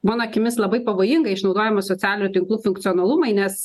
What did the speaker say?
mano akimis labai pavojingai išnaudojami socialinių tinklų funkcionalumai nes